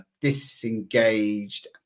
disengaged